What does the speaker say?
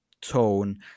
tone